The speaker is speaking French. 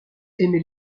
aimait